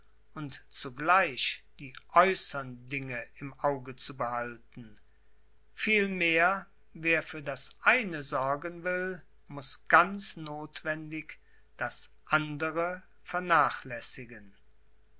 und zugleich die äußeren dinge im auge zu behalten vielmehr wer für das eine sorgen will muß ganz nothwendig das andere vernachläßigen